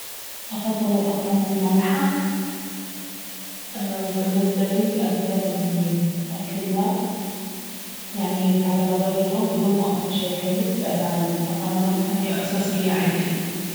افضل الأطعمة المالحة وبالنسبة لي اقدر اني اكلها على مدار اليوم بدون ما اكل شي حلو لان الأطعمة المالحة هي أساسية عندي